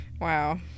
Wow